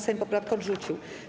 Sejm poprawkę odrzucił.